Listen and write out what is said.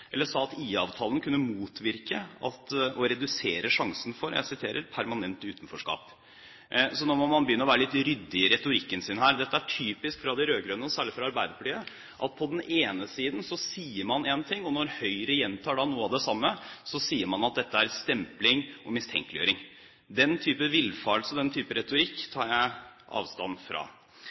sa at IA-avtalen kunne motvirke og redusere sjansen for «permanent utenforskap». Så nå må man begynne å være litt ryddig i retorikken sin. Det er typisk for de rød-grønne – og særlig for Arbeiderpartiet – at på den ene siden sier man én ting, og når Høyre gjentar noe av det samme, sier man at det er stempling og mistenkeliggjøring. Den type villfarelse og den type retorikk tar jeg avstand fra.